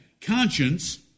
Conscience